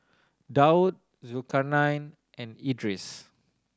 Daud Zulkarnain and Idris